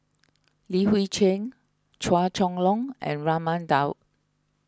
Li Hui Cheng Chua Chong Long and Raman Daud